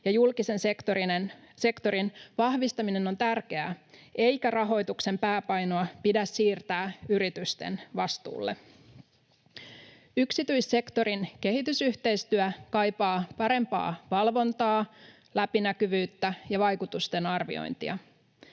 ja julkisen sektorin vahvistaminen on tärkeää, eikä rahoituksen pääpainoa pidä siirtää yritysten vastuulle. Yksityissektorin kehitysyhteistyö kaipaa parempaa valvontaa, läpinäkyvyyttä ja vaikutusten arviointia.